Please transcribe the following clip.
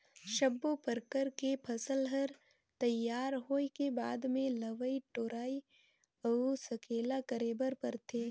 सब्बो परकर के फसल हर तइयार होए के बाद मे लवई टोराई अउ सकेला करे बर परथे